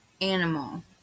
animal